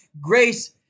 grace